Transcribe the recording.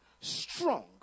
strong